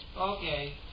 Okay